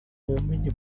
by’ubumenyi